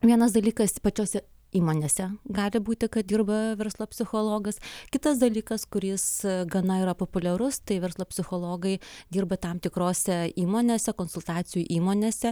vienas dalykas pačiose įmonėse gali būti kad dirba verslo psichologas kitas dalykas kuris gana yra populiarus tai verslo psichologai dirba tam tikrose įmonėse konsultacijų įmonėse